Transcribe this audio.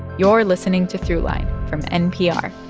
you're listening to throughline from npr.